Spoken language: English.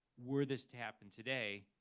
were this to happen today,